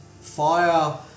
fire